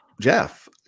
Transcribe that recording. Jeff